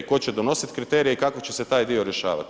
Tko će donositi kriterije i kako će se taj dio rješavati?